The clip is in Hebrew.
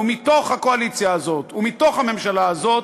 מתוך הקואליציה הזאת ומתוך הממשלה הזאת,